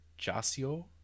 Jasio